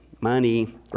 money